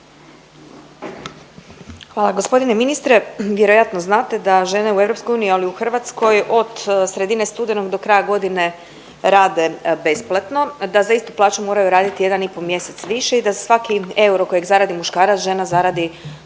Hvala. Gospodine ministre vjerojatno znate da žene u EU, ali i u Hrvatskoj od sredine studenog do kraja godine rade besplatno, da za istu plaću moraju raditi jedan i po mjesec više i da svaki euro kojeg zaradi muškarac žena zaradi